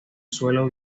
suelo